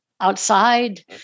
outside